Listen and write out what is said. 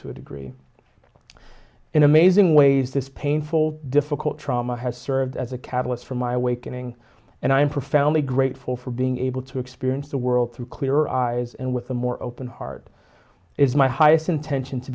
to a degree in amazing ways this painful difficult trauma has served as a catalyst for my awakening and i am profoundly grateful for being able to experience the world through clear eyes and with a more open heart is my highest intention to